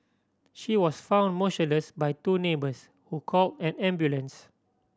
she was found motionless by two neighbours who call an ambulance